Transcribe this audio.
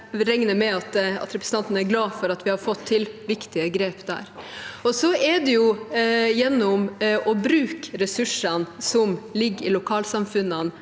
Jeg regner med at representanten er glad for at vi har fått til viktige grep der. Det er gjennom å bruke ressursene som ligger i lokalsamfunnene,